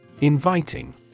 Inviting